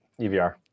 EVR